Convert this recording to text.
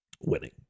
winning